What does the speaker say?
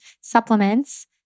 supplements